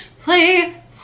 play